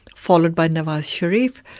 followed by nawar sharif.